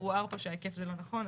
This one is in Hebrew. והועבר פה שההיקף זה לא נכון.